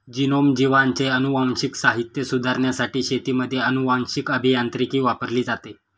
genome, जीवांचे अनुवांशिक साहित्य सुधारण्यासाठी शेतीमध्ये अनुवांशीक अभियांत्रिकी वापरली जाते